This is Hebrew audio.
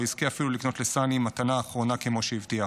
לא יזכה אפילו לקנות לסאני מתנה אחרונה כמו שהבטיח.